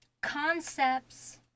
Concepts